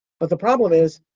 but the problem is,